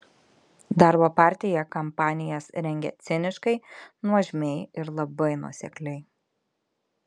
darbo partija kampanijas rengia ciniškai nuožmiai ir labai nuosekliai